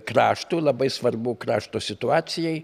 kraštui labai svarbu krašto situacijai